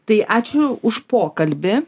tai ačiū už pokalbį